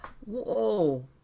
Whoa